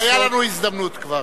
היתה לנו הזדמנות כבר.